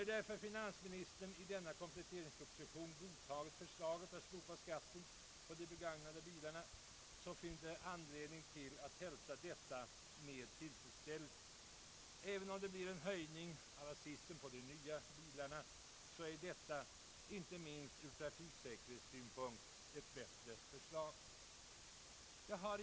När därför finansministern i föreliggande kompletteringsproposition godtagit förslaget att slopa mervärdeskatten på de begagnade bilarna, finns det anledning att hälsa detta med tillfredsställelse. En höjning av accisen på nya bilar är ett bättre förslag, inte minst ur trafiksäkerhetssynpunkt.